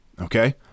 Okay